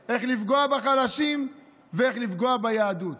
זה איך לפגוע בחלשים ואיך לפגוע ביהדות.